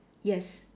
yes